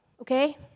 okay